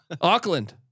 Auckland